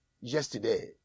yesterday